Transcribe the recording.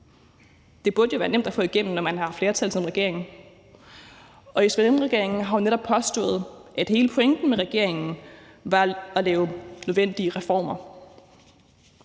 Det burde jo være nemt at få igennem, når man har et flertal, som regeringen har, og SVM-regeringen har jo netop påstået, at hele pointen med regeringen var at lave nødvendige reformer.